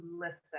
listen